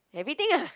everything ah